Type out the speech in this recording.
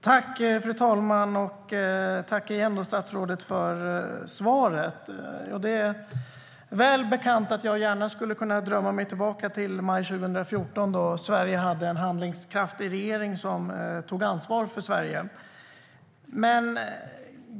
Fru talman! Tack igen för svaret, statsrådet! Det är väl bekant att jag gärna skulle drömma mig tillbaka till maj 2014 då Sverige hade en handlingskraftig regering som tog ansvar för Sverige.